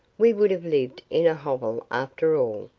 we would have lived in a hovel, after all.